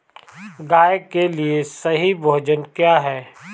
गाय के लिए सही भोजन क्या है?